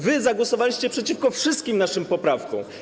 Wy zagłosowaliście przeciwko wszystkim naszym poprawkom.